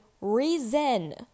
reason